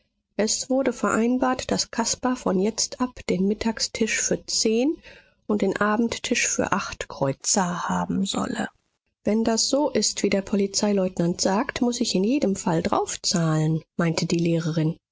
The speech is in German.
es wurde vereinbart daß caspar von jetzt ab den mittagstisch für zehn und den abendtisch für acht kreuzer haben solle wenn das so ist wie der polizeileutnant sagt muß ich in jedem fall draufzahlen meinte die lehrerin